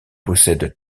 possède